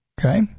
okay